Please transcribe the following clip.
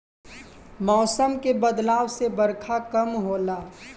मौसम के बदलाव से बरखा कम होला